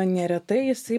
neretai jisai